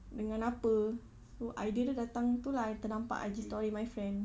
dengan apa so idea dia datang itu lah I ternampak I_G story my friend